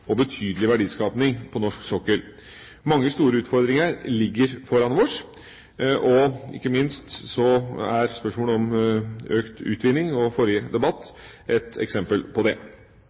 og betydelig verdiskaping på norsk sokkel. Mange store utfordringer ligger foran oss. Ikke minst er spørsmålet om økt utvinning, og forrige debatt, et eksempel på det.